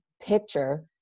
picture